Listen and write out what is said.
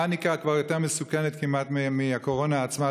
והפניקה כבר כמעט יותר מסוכנת מהקורונה עצמה,